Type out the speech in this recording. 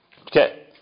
Okay